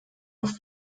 nach